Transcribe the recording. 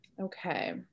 Okay